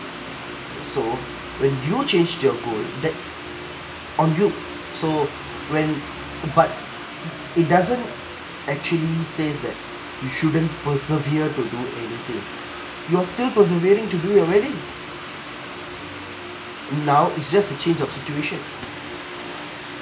so when you changed your goal that's on you so when but it doesn't actually says that you shouldn't persevere to do anything you're still persevering to do your wedding now it's just the changed of situation